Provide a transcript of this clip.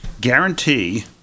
guarantee